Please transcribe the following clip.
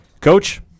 Coach